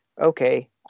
okay